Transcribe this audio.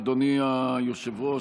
אדוני היושב-ראש,